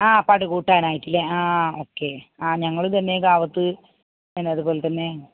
ആ പടുകൂട്ടാനായിട്ട് ല്ലേ ആ ഓക്കെ ആ ഞങ്ങൾ തന്നെ കാവത്ത് പിന്നെ അതുപോലെ തന്നെ